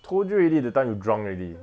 told you already that time you drunk already